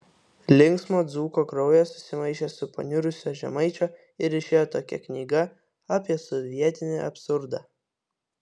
linksmo dzūko kraujas susimaišė su paniurusio žemaičio ir išėjo tokia knyga apie sovietinį absurdą